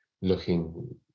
looking